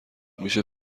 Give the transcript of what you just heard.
میشه